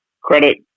credit